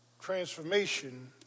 Transformation